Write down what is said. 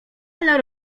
ale